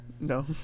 No